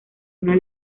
una